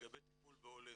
לגבי טיפול בעולים.